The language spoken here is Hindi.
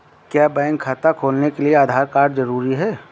क्या बैंक खाता खोलने के लिए आधार कार्ड जरूरी है?